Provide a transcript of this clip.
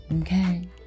okay